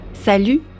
Salut